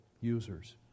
users